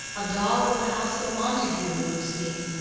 a dog of the house of montague moves me.